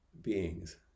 beings